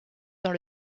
dans